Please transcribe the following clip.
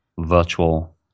virtual